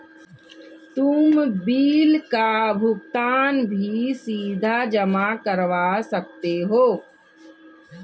तुम बिल का भुगतान भी सीधा जमा करवा सकते हो